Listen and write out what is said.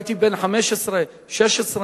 הייתי כבר בן 15, 16,